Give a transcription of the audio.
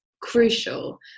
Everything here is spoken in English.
crucial